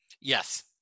Yes